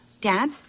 Dad